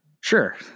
Sure